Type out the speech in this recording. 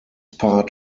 part